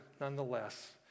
nonetheless